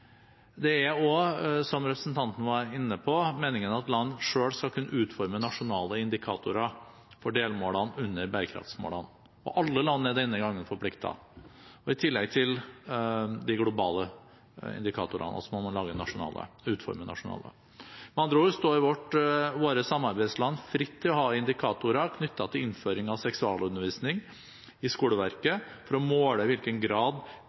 Det er også – som representanten var inne på – meningen at land selv skal kunne utforme nasjonale indikatorer for delmålene under bærekraftsmålene. Alle land er denne gangen forpliktet. I tillegg til de globale indikatorene må man utforme nasjonale. Med andre ord står våre samarbeidsland fritt til å ha indikatorer knyttet til innføring av seksualundervisning i skoleverket for å måle i hvilken grad